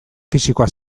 fisikoa